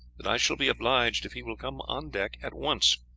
that i shall be obliged if he will come on deck at once.